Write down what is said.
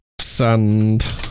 sand